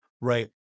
right